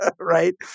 Right